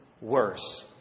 worse